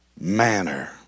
manner